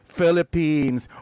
Philippines